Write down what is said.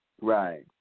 Right